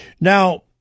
Now